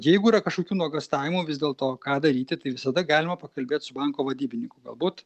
jeigu yra kažkokių nuogąstavimų vis dėlto ką daryti tai visada galima pakalbėt su banko vadybininku galbūt